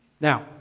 Now